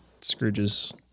Scrooge's